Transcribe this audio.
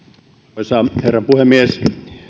arvoisa herra puhemies